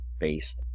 based